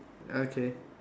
okay